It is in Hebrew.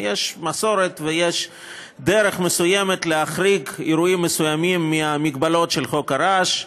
יש מסורת ויש דרך מסוימת להחריג אירועים מסוימים מהמגבלות של חוק הרעש,